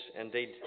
indeed